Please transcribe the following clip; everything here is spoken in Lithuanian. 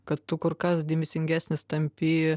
kad tu kur kas dėmesingesnis tampi